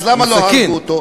אז למה לא הרגו אותו?